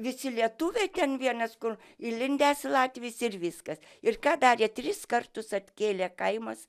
visi lietuviai ten velnias kur įlindęs latvis ir viskas ir ką darė tris kartus atkėlė kaimas